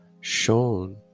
shown